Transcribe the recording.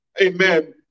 Amen